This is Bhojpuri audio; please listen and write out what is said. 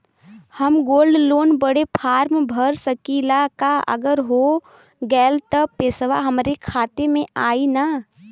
हम गोल्ड लोन बड़े फार्म भर सकी ला का अगर हो गैल त पेसवा हमरे खतवा में आई ना?